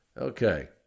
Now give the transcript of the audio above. Okay